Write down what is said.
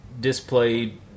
displayed